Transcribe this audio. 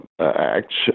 acts